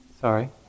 Sorry